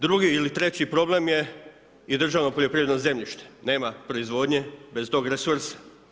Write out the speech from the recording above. Drugi ili treći problem je i državno poljoprivredno zemljište, nema proizvodnje bez tog resursa.